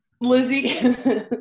lizzie